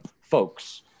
folks